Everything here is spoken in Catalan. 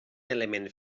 element